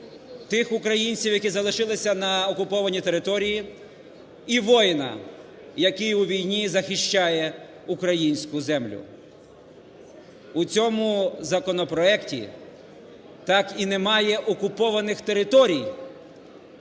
тих українців, які залишилися на окупованій території, і воїна, який у війні захищає українську землю. У цьому законопроекті так і не має окупованих територій,